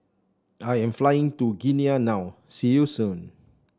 I am flying to Guinea now see you soon